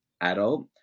adult